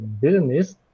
business